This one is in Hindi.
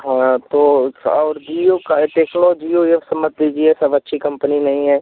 हाँ तो और जीओ का देख लो जीओ उवो से मत लीजिए सब अच्छी कंपनी नहीं है